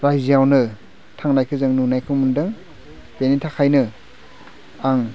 राज्योआवनो थांनायखौ जों नुनायखौ मोनदों बेनि थाखायनो आं